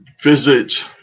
visit